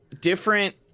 different